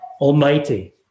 Almighty